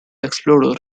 explorer